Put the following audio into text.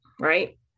Right